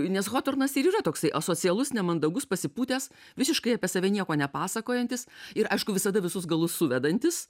nes hotornas ir yra toksai asocialus nemandagus pasipūtęs visiškai apie save nieko ne pasakojantis ir aišku visada visus galus suvedantis